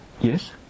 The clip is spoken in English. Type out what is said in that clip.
Yes